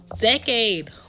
decade